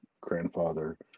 grandfather